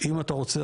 אם אתה רוצה,